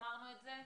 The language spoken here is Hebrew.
אמרנו את זה,